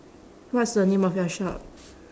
what's the name of your shop